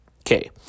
Okay